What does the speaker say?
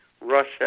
Russia